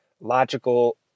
logical